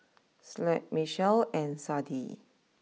Slade Michell and Sadie